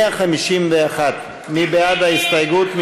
151, מי בעד ההסתייגות?